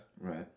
Right